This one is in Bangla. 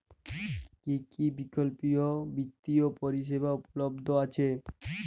কী কী বিকল্প বিত্তীয় পরিষেবা উপলব্ধ আছে?